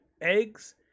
eggs